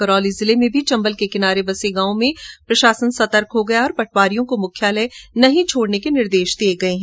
करौली जिले में भी चंबल के किनारे बसे गांवों में प्रशासन सतर्क हो गया है और पटवारियों को मुख्यालय नहीं छोडने के निर्देश दिए गए हैं